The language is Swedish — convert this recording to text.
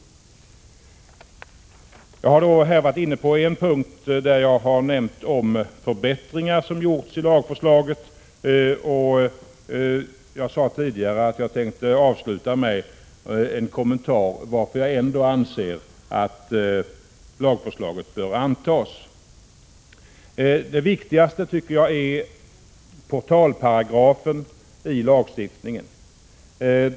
Jag har nu tagit upp förbättringar som gjorts i lagförslaget, och jag sade tidigare att jag tänkte avsluta med en kommentar till varför jag ändå anser att lagförslaget bör antas. Det viktigaste skälet till detta är portalparagrafen i lagen.